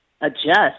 adjust